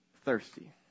thirsty